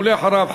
ואחריו,